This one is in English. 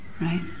right